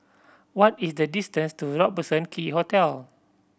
what is the distance to Robertson Quay Hotel